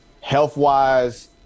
health-wise